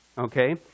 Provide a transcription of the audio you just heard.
Okay